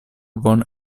von